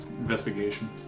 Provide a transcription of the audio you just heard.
Investigation